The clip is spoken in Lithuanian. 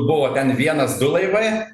buvo bent vienas du laivai